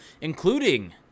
including